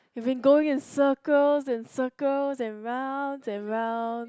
we've been going in circles and circles and rounds and rounds